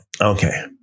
Okay